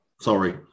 sorry